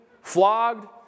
flogged